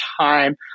time